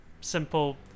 simple